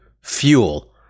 Fuel